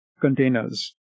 containers